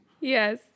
Yes